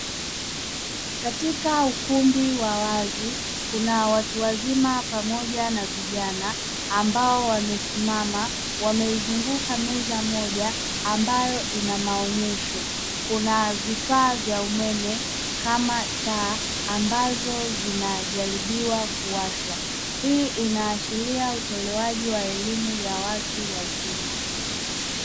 Katika ukumbi wa wazi kuna watu wazima pamoja na vijana ambao wamesimama wamezunguka meza moja ambayo inamaonyesho kuna vifaa vya umeme kama taa ambazo zinajaribiwa kuwashwa. Hii inaashiria utolewaji wa elimu ya watu wazima.